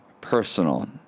personal